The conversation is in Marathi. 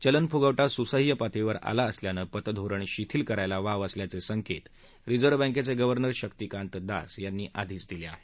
चलन फुगवटा सुसहा पातळीवर आला असल्यानं पतधोरण शिथिल करायला वाव असल्याचे संकेत रिझर्व्ह बँकेचे गवर्नर शक्तिकांत दास यांनी आधीच दिले आहेत